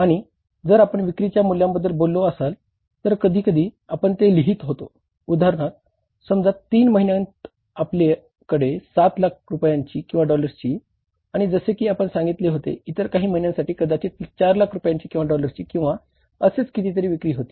आणि जर आपण विक्रीच्या मूल्याबद्दल बोलत असाल तर कधीकधी आपण ते लिहित होतो उदाहरणार्थ समजा तीन महिन्यांत आपल्याकडे 7 लाख रुपयांची किंवा डॉलर्सची किंवा आणि जसे की आपण सांगितले होते इतर काही महिन्यांसाठी कदाचित 4 लाख रुपयांची किंवा डॉलर्सची किंवा असेच किती तरींची विक्री होती